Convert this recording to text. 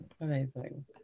Amazing